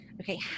okay